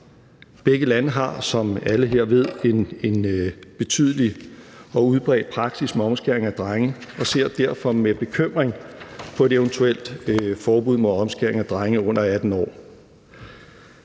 Begge lande har, som alle her ved, en betydelig og udbredt praksis med omskæring af drenge og ser derfor med bekymring på et eventuelt forbud mod omskæring af drenge under 18 år.